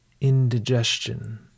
indigestion